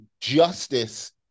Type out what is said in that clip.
justice